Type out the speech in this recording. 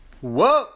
Whoa